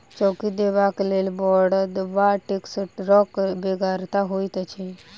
चौकी देबाक लेल बड़द वा टेक्टरक बेगरता होइत छै